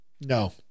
No